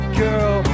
girl